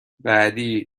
بعدی